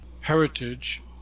heritage